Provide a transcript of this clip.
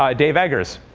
um dave eggers.